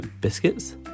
biscuits